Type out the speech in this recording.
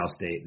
State